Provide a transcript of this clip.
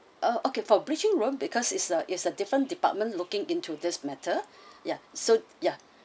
ah okay for bridging loan because it's a it's a different department looking into this matter yeah so yeah